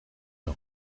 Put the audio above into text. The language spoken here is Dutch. een